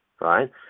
right